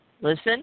listen